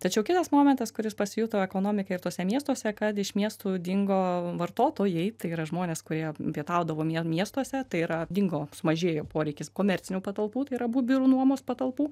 tačiau kitas momentas kuris pasijuto ekonomikai ir tuose miestuose kad iš miestų dingo vartotojai tai yra žmonės kurie pietaudavo mie miestuose tai yra dingo sumažėjo poreikis komercinių patalpų tai yra bu biurų nuomos patalpų